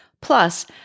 Plus